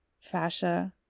fascia